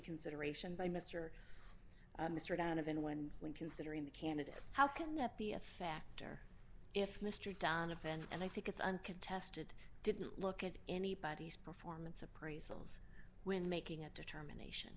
consideration by mr mr donovan when when considering the candidate how can that be a factor if mr donovan and i think it's uncontested didn't look at anybody's performance appraisals when making a determination